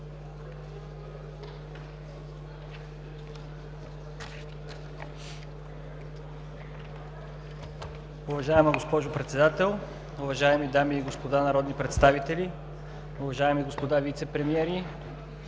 Уважаема госпожо Председател, уважаеми дами и господа народни представители, уважаеми господа вицепремиери,